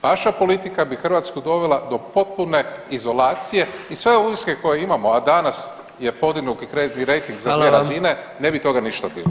Vaša politika bi Hrvatsku dovela do potpune izolacije i sve … koje imamo, a danas je podignut kreditni rejting za dvije razine ne bi toga ništa bilo.